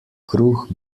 kruh